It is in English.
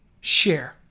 Share